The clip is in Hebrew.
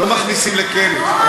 לא מכניסים לכלא.